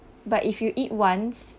but if you eat once